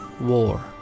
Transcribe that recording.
War